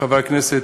חברי הכנסת,